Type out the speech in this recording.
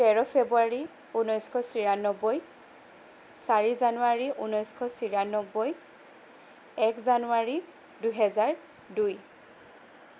তেৰ ফেব্ৰুৱাৰী ঊনৈছশ চিৰানব্বৈ চাৰি জানুৱাৰী ঊনৈছশ চিৰানব্বৈ এক জানুৱাৰি দুই হাজাৰ দুই